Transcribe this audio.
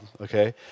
okay